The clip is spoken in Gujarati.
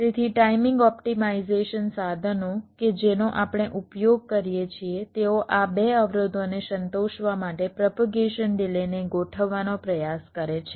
તેથી ટાઇમિંગ ઓપ્ટિમાઇઝેશન સાધનો કે જેનો આપણે ઉપયોગ કરીએ છીએ તેઓ આ 2 અવરોધોને સંતોષવા માટે પ્રોપેગેશન ડિલેને ગોઠવવાનો પ્રયાસ કરે છે